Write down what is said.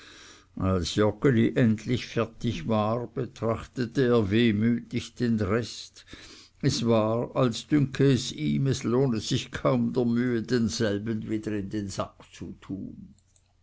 joggeli endlich fertig war betrachtete er wehmütig den rest es war als dünke es ihm es lohne sich kaum der mühe denselben wieder in den sack zu tun